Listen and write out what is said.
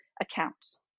accounts